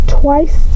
twice